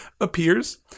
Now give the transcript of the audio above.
appears